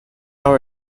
are